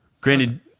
Granted